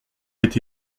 été